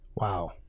Wow